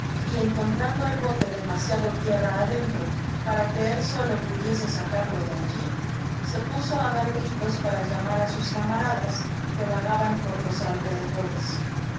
y encontrando el bote demasiado tierra adentro para que él solo pudiese sacarlo de alli se puso á dar gritos para llamar á sus camaradas que vagaban por los alrededores